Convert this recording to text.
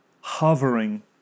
hovering